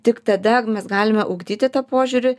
tik tada mes galime ugdyti tą požiūrį